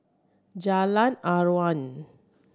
Jalan Aruan